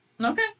Okay